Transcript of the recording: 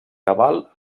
tabal